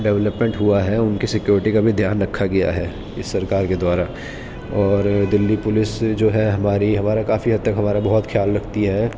development ہوا ہے ان کی سیکورٹی کا بھی دھیان رکھا گیا ہے اس سرکار کے دوارا اور دلی پولیس جو ہے ہماری ہمارا کافی حد تک ہمارا بہت خیال رکھتی ہے